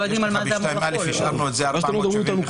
למה אתם לא מדברים איתנו קודם?